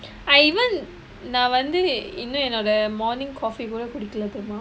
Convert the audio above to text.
I even நா வந்து இன்னும் என்னோட:naa vanthu innum ennoda morning coffee கூட குடிக்குலே தெரியுமா:kuda kudikkilae teriyumaa